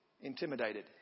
intimidated